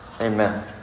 Amen